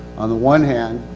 on one hand.